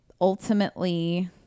ultimately